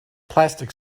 plastic